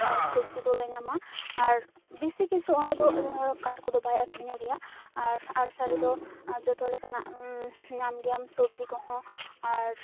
ᱟᱨ ᱥᱚᱵᱡᱤ ᱠᱚᱜᱮ ᱧᱟᱢᱚᱜᱼᱟ ᱟᱨ ᱵᱤᱥᱤᱠᱤᱪᱷᱩ ᱚᱸᱰᱮ ᱫᱚ ᱠᱟᱴ ᱠᱚᱫᱚ ᱵᱟᱭ ᱟᱠᱷᱨᱤᱧᱚᱜ ᱜᱮᱭᱟ ᱟᱨ ᱟᱲᱥᱟ ᱨᱮᱫᱚ ᱡᱚᱛᱚ ᱞᱮᱠᱟᱱᱟᱜ ᱧᱟᱢ ᱜᱮᱭᱟᱢ ᱥᱚᱵᱡᱤ ᱠᱚᱦᱚᱸ ᱟᱨ